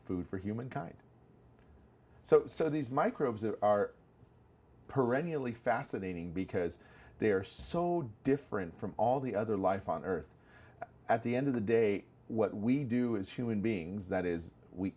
food for humankind so so these microbes are perennially fascinating because they are so different from all the other life on earth at the end of the day what we do as human beings that is we